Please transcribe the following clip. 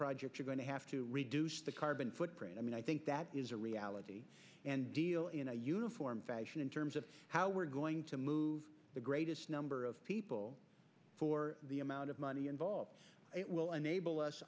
projects are going to have to reduce the carbon footprint i mean i think that is a reality and deal in a uniform fashion in terms of how we're going to move the greatest number of people for the amount of money involved it will enable